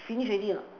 finish already or not